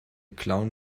clown